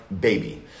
baby